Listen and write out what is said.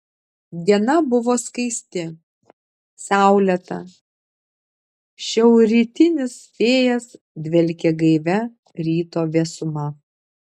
diena buvo skaisti saulėta šiaurrytinis vėjas dvelkė gaivia ryto vėsuma